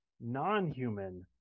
non-human